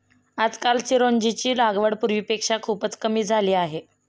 आजकाल चिरोंजीची लागवड पूर्वीपेक्षा खूपच कमी झाली आहे